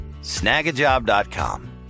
Snagajob.com